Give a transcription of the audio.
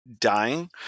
dying